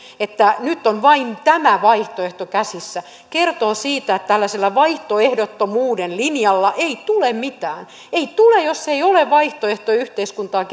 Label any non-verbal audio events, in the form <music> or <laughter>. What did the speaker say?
että nyt on vain tämä vaihtoehto käsissä kertoo siitä että tällaisella vaihtoehdottomuuden linjalla ei tule mitään ei tule jos ei ole vaihtoehtoyhteiskuntaa <unintelligible>